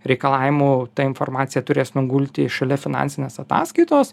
reikalavimu ta informacija turės nugulti šalia finansinės ataskaitos